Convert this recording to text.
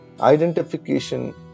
identification